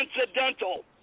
incidental